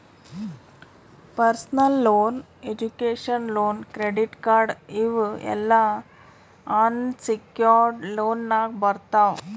personal loan, education loan, credit card ಇವ್ ಎಲ್ಲಾ unsecured ಲೋನ್ನಾಗ್ ಬರ್ತಾವ್